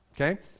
Okay